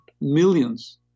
millions